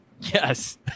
Yes